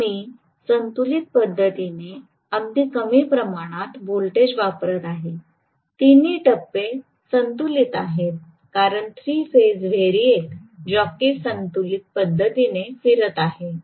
तर मी संतुलित पद्धतीने अगदी कमी प्रमाणात व्होल्टेज वापरत आहे तिन्ही टप्पे संतुलित आहेत कारण थ्री फेज व्हेरिएक जॉकी संतुलित पद्धतीने फिरत आहे